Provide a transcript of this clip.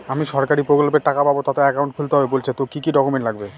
আমি সরকারি প্রকল্পের টাকা পাবো তাতে একাউন্ট খুলতে হবে বলছে তো কি কী ডকুমেন্ট লাগবে?